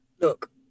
Look